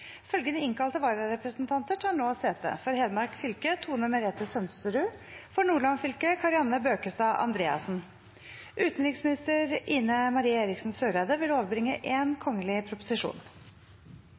Følgende vararepresentanter tar nå sete: For Hedmark fylke: Tone Merete Sønsterud For Nordland fylke: Kari Anne Bøkestad Andreassen Før sakene på dagens kart tas opp til behandling, vil